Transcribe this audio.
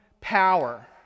power